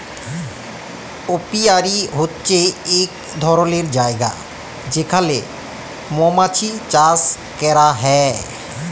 apiary হছে ইক ধরলের জায়গা যেখালে মমাছি চাষ ক্যরা হ্যয়